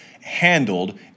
handled